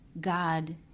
God